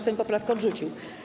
Sejm poprawkę odrzucił.